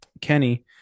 Kenny